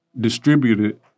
distributed